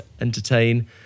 entertain